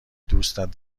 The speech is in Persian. دوستت